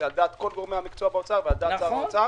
זה על דעת כל גורמי המקצוע באוצר ועל דעת שר האוצר,